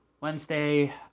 Wednesday